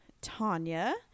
Tanya